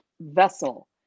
vessel